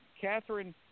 Catherine